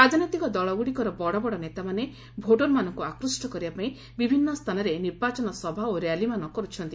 ରାଜନୈତିକ ଦଳଗୁଡ଼ିକର ବଡ଼ ବଡ଼ ନେତାମାନେ ଭୋଟରମାନଙ୍କୁ ଆକୃଷ୍ଟ କରିବା ପାଇଁ ବିଭିନ୍ନ ସ୍ଥାନରେ ନିର୍ବାଚନ ସଭା ଓ ର୍ୟାଲିମାନ କର୍ରଛନ୍ତି